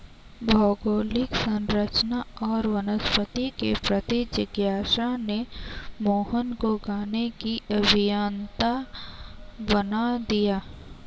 भौगोलिक संरचना और वनस्पति के प्रति जिज्ञासा ने मोहन को गाने की अभियंता बना दिया